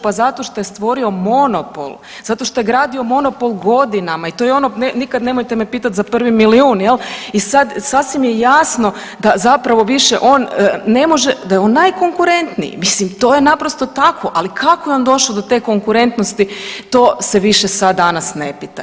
Pa zato što je stvorio monopol, zato što je gradio monopol godinama i to je ono nikad nemojte me pitat za prvi milijun jel i sad sasvim je jasno da zapravo više on ne može, da je on najkonkurentniji, mislim to je naprosto tako, ali kako je on došao do te konkurentnosti to se više sad danas ne pita.